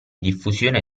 diffusione